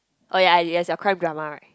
oh ya your crime drama right